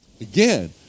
again